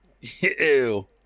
Ew